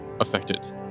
affected